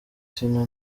tino